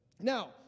Now